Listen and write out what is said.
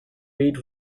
wheat